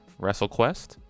WrestleQuest